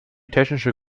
technische